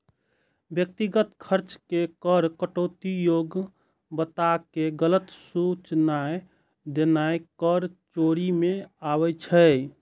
व्यक्तिगत खर्च के कर कटौती योग्य बताके गलत सूचनाय देनाय कर चोरी मे आबै छै